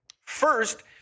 First